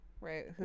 Right